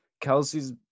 Kelsey's